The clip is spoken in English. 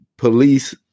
Police